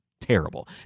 terrible